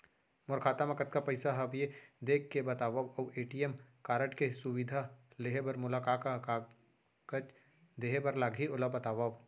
मोर खाता मा कतका पइसा हवये देख के बतावव अऊ ए.टी.एम कारड के सुविधा लेहे बर मोला का का कागज देहे बर लागही ओला बतावव?